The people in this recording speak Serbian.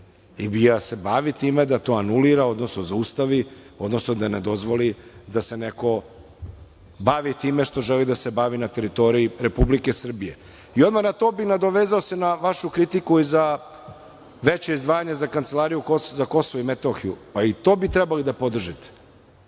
i BIA se bavi time da to anulira, odnosno zaustavi, odnosno da ne dozvoli da se neko bavi time na teritoriji Republike Srbije. Odmah na to bih se nadovezao na vašu kritiku za veće izdvajanje za Kancelariju za Kosovo i Metohiju. I to bi trebali da podržite,